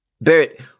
Barrett